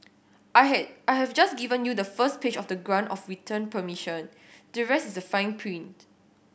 I had I have just given you the first page of the grant of return permission the rest is the fine print